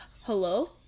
Hello